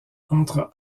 entre